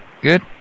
Good